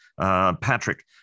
Patrick